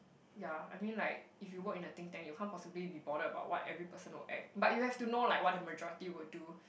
yeah I mean like if you work in a think tank you can't possibly be bothered about what every person will act but you have to know like what the majority would do